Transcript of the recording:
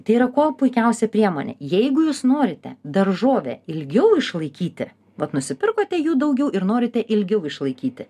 tai yra kuo puikiausia priemonė jeigu jūs norite daržovę ilgiau išlaikyti vat nusipirkote jų daugiau ir norite ilgiau išlaikyti